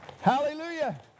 Hallelujah